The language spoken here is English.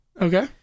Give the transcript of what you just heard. Okay